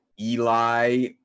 Eli